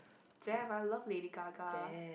damn I love Lady-Gaga